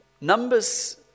Numbers